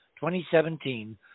2017